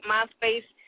MySpace